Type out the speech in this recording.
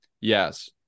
Yes